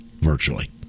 virtually